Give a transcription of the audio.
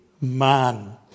man